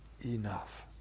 enough